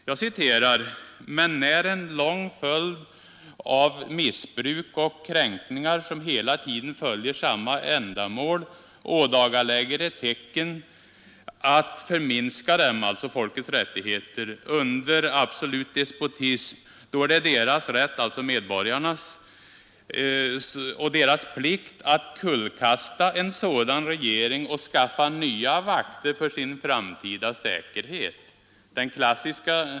Det framhålls att när en lång följd av missbruk och kränkningar som hela tiden följer samma ändamål ådagalägger ett tecken att förminska dem — dvs. folkets rättigheter under absolut despotism, så är det deras rätt — dvs. medborgarnas — och deras plikt att kullkasta en sådan regering och att skaffa nya vakter för sin framtida säkerhet.